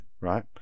right